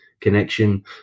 connection